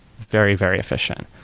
very, very efficient.